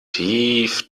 tief